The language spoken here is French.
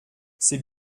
c’est